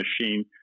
machine